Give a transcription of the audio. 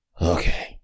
okay